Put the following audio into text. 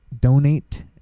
donate